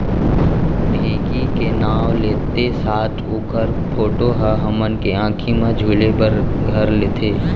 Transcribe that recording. ढेंकी के नाव लेत्ते साथ ओकर फोटो ह हमन के आंखी म झूले बर घर लेथे